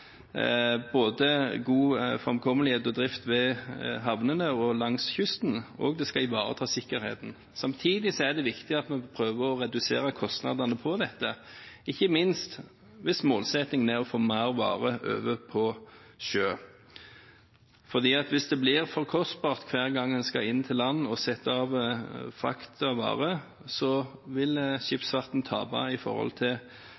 både god framkommelighet og drift ved havnene og langs kysten, og den skal ivareta sikkerheten. Samtidig er det viktig at vi prøver å redusere kostnadene ved dette, ikke minst hvis målsettingen er å få mer varer over på sjø. For hvis det blir for kostbart hver gang en skal inn til land og sette av frakt og varer, vil skipsfarten tape i forhold til